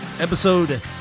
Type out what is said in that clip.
episode